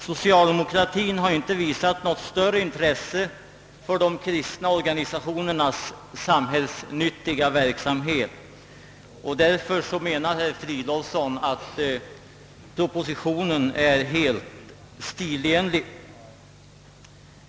Socialdemokratien har inte visat något större intresse för de kristna organisationernas samhällsnyttiga verksamhet, och propositionen är därför helt stilenlig, menar han vidare.